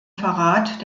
verrat